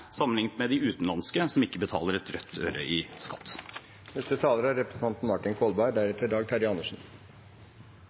sammenlignet med de utenlandske som ikke betaler et rødt øre i